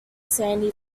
sandy